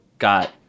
got